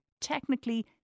Technically